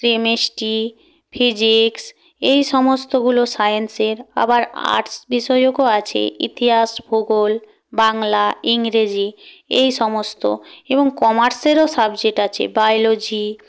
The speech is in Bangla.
কেমিস্ট্রি ফিজিক্স এই সমস্তগুলো সায়েন্সের আবার আর্টস বিষয়কও আছে ইতিহাস ভূগোল বাংলা ইংরেজি এই সমস্ত এবং কমার্সেরও সাবজেক্ট আছে বায়োলজি